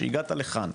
שהגעת לכאן,